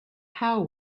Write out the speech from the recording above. how